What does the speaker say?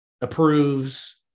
approves